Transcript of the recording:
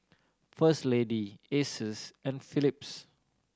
First Lady Asus and Phillips